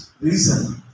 reason